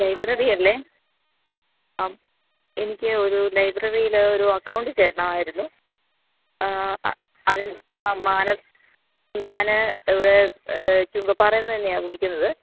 ലൈബ്രറിയല്ലേ ആ എനിക്ക് ഒരു ലൈബ്രറിയിൽ ഒരു അക്കൌണ്ട് ചേരണമായിരുന്നു അതിന്റെ മാന ഞാൻ ഇവിടെ ചുങ്കപ്പാറയിൽ നിന്നു തന്നെയാണ് വിളിക്കുന്നത്